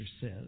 says